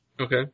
Okay